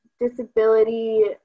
Disability